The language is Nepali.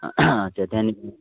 अच्छा त्यहाँदेखि